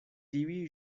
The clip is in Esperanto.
tiuj